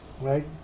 Right